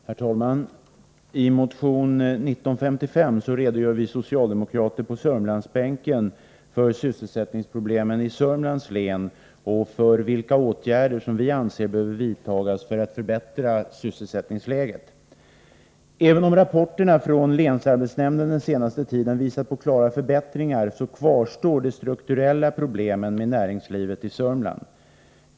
Herr talman! I motion 1955 redogör vi socialdemokrater på Sörmlandsbänken för sysselsättningsproblemen i Sörmlands län och för vilka åtgärder vi anser behöver vidtas för att förbättra sysselsättningsläget. Även om rapporterna från länsarbetsnämnden den senaste tiden visat på klara förbättringar, kvarstår de strukturella problemen i näringslivet i Sörmland.